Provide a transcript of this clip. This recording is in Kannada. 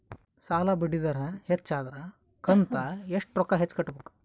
ಸಾಲಾ ಬಡ್ಡಿ ದರ ಹೆಚ್ಚ ಆದ್ರ ಕಂತ ಎಷ್ಟ ರೊಕ್ಕ ಹೆಚ್ಚ ಕಟ್ಟಬೇಕು?